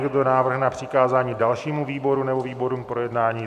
Má někdo návrh na přikázání dalšímu výboru nebo výborům k projednání?